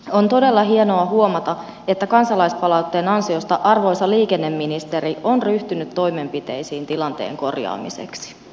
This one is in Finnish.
on todella hienoa huomata että kansalaispalautteen ansiosta arvoisa liikenneministeri on ryhtynyt toimenpiteisiin tilanteen korjaamiseksi